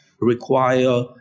require